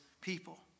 people